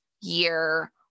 year